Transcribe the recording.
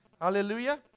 Hallelujah